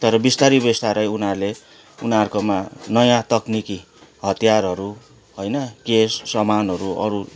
तर बिस्तारी बिस्तारै उनीहरूले उनीहरूकोमा नयाँ तक्निकी हतियारहरू होइन के सामानहरू अरू